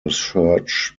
church